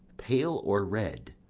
pale or red?